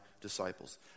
disciples